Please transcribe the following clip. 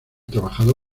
trabajado